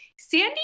Sandy